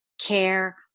care